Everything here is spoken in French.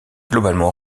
globalement